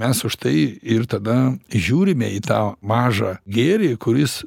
mes už tai ir tada žiūrime į tą mažą gėrį kuris